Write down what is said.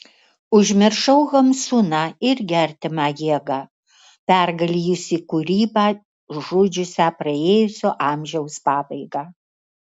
užmiršau hamsuną irgi artimą jėgą pergalėjusį kūrybą žudžiusią praėjusio amžiaus pabaigą